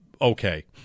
okay